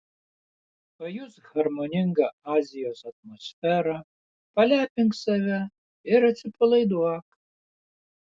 pajusk harmoningą azijos atmosferą palepink save ir atsipalaiduok